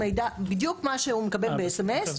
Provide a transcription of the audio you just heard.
בדיוק מה שהוא מקבל באס.אם.אס.